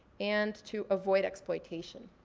and to avoid exploitation.